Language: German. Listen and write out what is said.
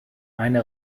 eine